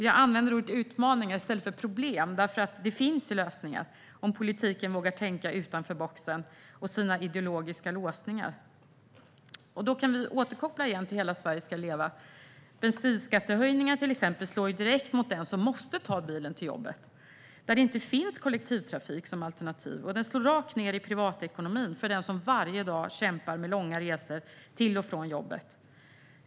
Jag använder ordet utmaningar i stället för problem, därför att det finns lösningar om man i politiken vågar tänka utanför boxen och sina ideologiska låsningar. Vi kan återkoppla igen till att hela Sverige ska leva. Bensinskattehöjningar till exempel slår direkt mot den som måste ta bilen till jobbet, där det inte finns kollektivtrafik som alternativ. De slår rakt ned i privatekonomin för den som varje dag kämpar med långa resor till och från jobbet.